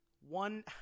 one